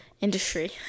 industry